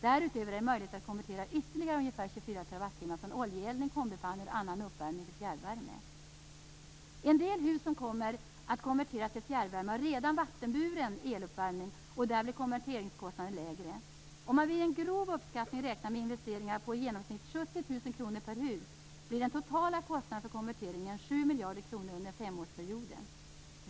Därutöver är det möjligt att konvertera ytterligare ungefär 24 TWh från oljeeldning, kombipannor och annan uppvärmning till fjärrvärme. En del hus som kommer att konvertera till fjärrvärme har redan vattenburen eluppvärmning. Där blir konverteringskostnaden lägre. Om man vid en grov uppskattning räknar med investeringar på i genomsnitt 70 000 kr per hus, blir den totala kostnaden för konverteringen 7 miljarder kronor under femårsperioden.